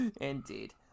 indeed